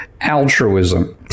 altruism